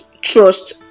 trust